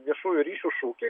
viešųjų ryšių šūkį